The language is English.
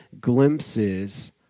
glimpses